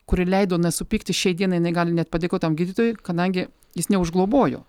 kuri leido nesupykti šiai dienai jinai gali net padėkot tam gydytojui kadangi jis neužglobojo